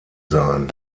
sein